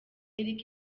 eric